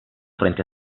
frente